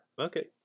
okay